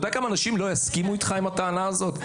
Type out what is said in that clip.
אתה יודע כמה אנשים לא יסכימו איתך לגבי הטענה הזאת?